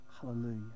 hallelujah